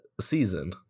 season